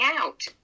out